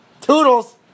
Toodles